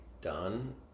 done